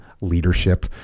leadership